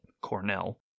Cornell